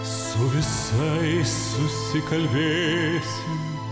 su visais susikalbėsim